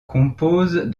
compose